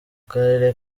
karere